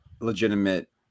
legitimate